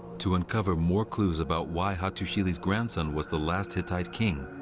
to uncover more clues about why hattusili's grandson was the last hittite king,